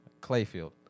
Clayfield